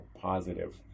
positive